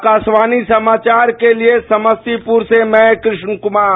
आकाशवाणी समाचार के लिए समस्तीपुर से कृष्ण कुमार